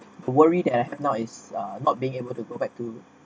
for worried that I have not is not being able to go back to